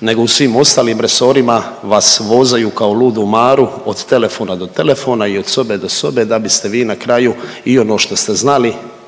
nego u svim ostalim resorima vas vozaju kao ludu Maru od telefona do telefona i od sobe do sobe da biste vi na kraju i ono što ste znali,